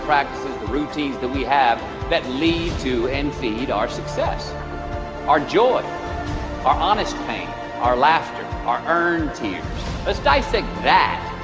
practices, the routines that we have that lead to and feed our success our joy our honest pain our laughter our earned tears let's dissect that,